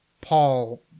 Paul